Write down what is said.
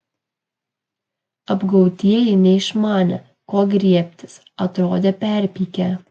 apgautieji neišmanė ko griebtis atrodė perpykę